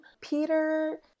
Peter